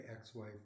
ex-wife